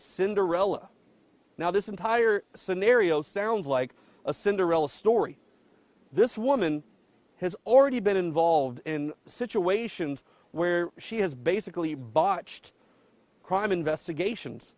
cinderella now this entire scenario sounds like a cinderella story this woman has already been involved in situations where she has basically botched crime investigations